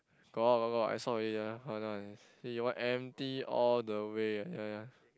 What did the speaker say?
got got got I saw already see !wah! empty all the way ya ya